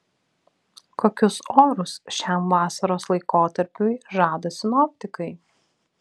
kokius orus šiam vasaros laikotarpiui žada sinoptikai